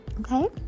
okay